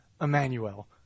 Emmanuel